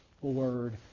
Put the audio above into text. Word